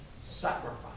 sacrifice